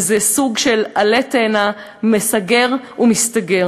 וזה סוג של עלה תאנה סוגר ומסתגר.